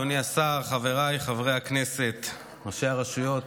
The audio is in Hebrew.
אדוני השר, חבריי חברי הכנסת, ראשי הרשויות,